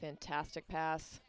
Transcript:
fantastic pass